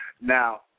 Now